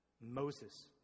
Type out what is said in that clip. moses